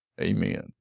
Amen